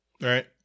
Right